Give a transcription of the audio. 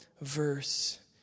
verse